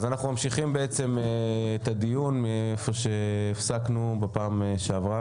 אז אנחנו ממשיכים את הדיון איפה שהפסקנו בפעם שעברה,